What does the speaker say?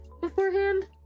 beforehand